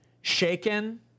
shaken